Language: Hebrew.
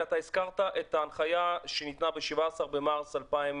הזכרת את ההנחיה שניתנה ב-17 במארס 2020,